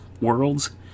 worlds